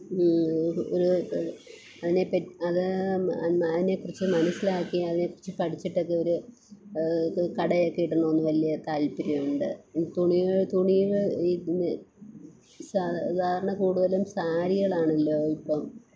ഒരു അതിനെ പറ്റി അത് അതിനെ കുറിച്ച് മനസ്സിലാക്കി അതേക്കുറിച്ച് പഠിച്ചിട്ടൊക്കെ ഒരു ഇത് കട ഒക്കെ ഇടണമെന്ന് വലിയ താല്പ്പര്യമുണ്ട് തുണികള് തുണിക സാധാരണ കൂടുതലും സാരികളാണല്ലോ ഇപ്പം